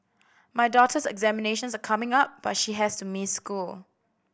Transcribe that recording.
my daughter's examinations are coming up but she has to miss school